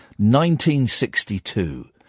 1962